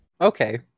Okay